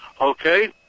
Okay